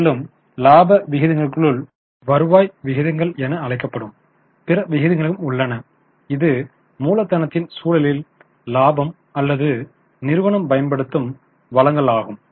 மேலும் இலாப விகிதங்களுக்குள் வருவாய் விகிதங்கள் என அழைக்கப்படும் பிற விகிதங்களும் உள்ளன இது மூலதனத்தின் சூழலில் இலாபம் அல்லது நிறுவனம் பயன்படுத்தும் வளங்களாகும்